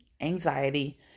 anxiety